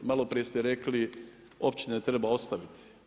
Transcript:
Maloprije ste rekli, općine treba ostaviti.